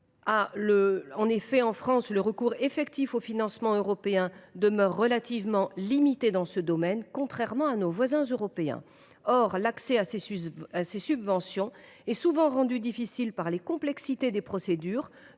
En effet, en France, le recours effectif aux financements européens demeure relativement limité dans ce domaine, contrairement à nos voisins. L’accès à ces subventions est souvent rendu difficile par la complexité des procédures